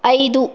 ಐದು